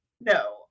no